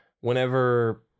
whenever